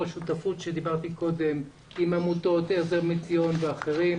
השותפות עליה דיברתי קודם עם עמותות כמו עזר מציון ואחרות